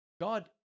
God